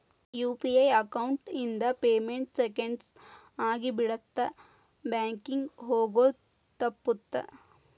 UPI account ಇಂದ payment seconds ನ ಆಗಿಬಿಡತ್ತ ಬ್ಯಾಂಕಿಂಗ್ ಹೋಗೋದ್ ತಪ್ಪುತ್ತ